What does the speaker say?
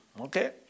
Okay